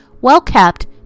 well-kept